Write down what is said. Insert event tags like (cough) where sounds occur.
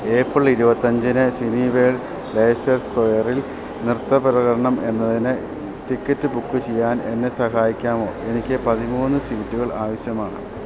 April ഇരുപത്തിയഞ്ചിന് Cineworld (unintelligible) സ്ക്വയറിൽ നൃത്തപ്രകടനം എന്നതിന് ടിക്കറ്റ് ബുക്ക് ചെയ്യാൻ എന്നെ സഹായിക്കാമോ എനിക്ക് പതിമൂന്ന് സീറ്റുകൾ ആവശ്യമാണ്